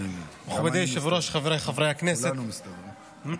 כן, כולנו מסתדרים.